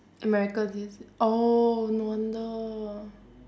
american yes oh no wonder